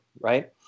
right